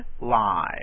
live